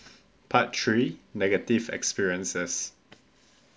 part three negative experiences